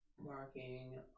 marking